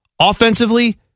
Offensively